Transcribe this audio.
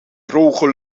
droge